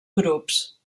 grups